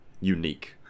unique